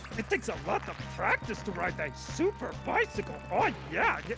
it takes a lot of practice to ride a super bicycle, oh yeah.